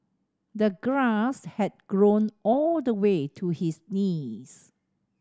the grass had grown all the way to his knees